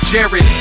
Jerry